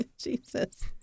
Jesus